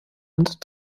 und